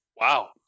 Wow